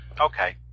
Okay